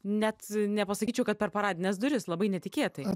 net nepasakyčiau kad per paradines duris labai netikėtai